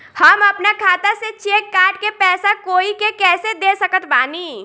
हम अपना खाता से चेक काट के पैसा कोई के कैसे दे सकत बानी?